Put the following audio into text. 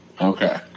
okay